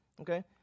Okay